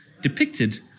depicted